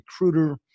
recruiter